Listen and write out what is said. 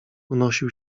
unosił